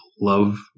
love